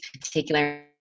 particular